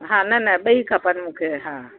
हा न न ॿई खपनि मूंखे हा